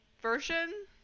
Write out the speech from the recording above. version